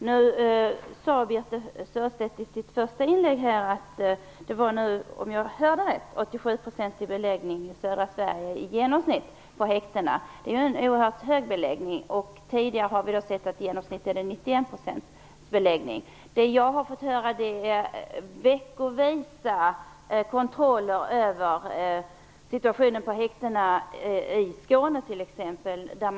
Birthe Sörestedt sade i sitt första inlägg att det nu är, om jag hörde rätt, i genomsnitt en Det är en oerhört hög beläggning. Vi tidigare sett att genomsnittet är 91 % beläggning. Jag har fått höra att det är veckovisa kontroller av situationen på häktena i t.ex. Skåne.